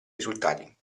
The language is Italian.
risultati